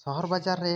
ᱥᱚᱦᱚᱨ ᱵᱟᱡᱟᱨ ᱨᱮ